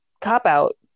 cop-out